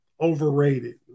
overrated